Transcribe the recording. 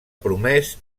promès